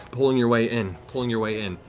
pulling your way in, pulling your way in.